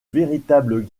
véritables